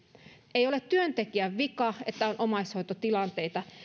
ei ole työntekijän vika että on omaishoitotilanteita